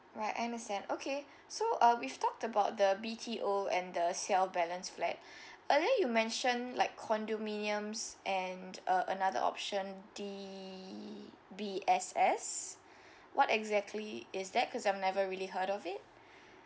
right understand okay so uh we've talked about the B_T_O and the sale balance flat earlier you mentioned like condominiums and uh another option D_B_S_S what exactly is that cause I've never really heard of it